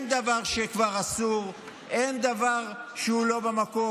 כבר אין דבר שאסור, אין דבר שהוא לא במקום.